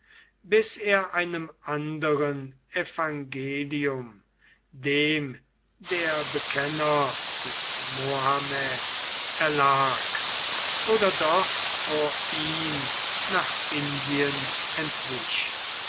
bis er einem anderen evangelium dem der bekenner des mohammed erlag oder doch vor ihm nach indien entwich